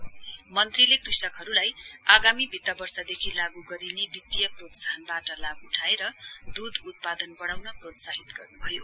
the मन्त्रीले कृषकहरूलाई आगामी वित्त वर्षदेकि लागू गरिने वित्तीय प्रोत्साहनबाट लाभ उठाएर दूध उत्पादन बढाउन प्रोत्साहित गर्नुभयो